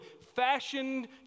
fashioned